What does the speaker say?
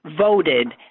voted